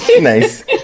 Nice